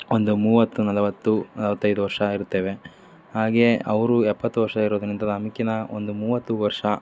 ಒಂದು ಮೂವತ್ತು ನಲವತ್ತು ನಲ್ವತ್ತೈದು ವರ್ಷ ಇರ್ತೇವೆ ಹಾಗೇ ಅವರು ಎಪ್ಪತ್ತು ವರ್ಷ ಇರೋದರಿಂದ ನಮ್ಕಿನ್ನ ಒಂದು ಮೂವತ್ತು ವರ್ಷ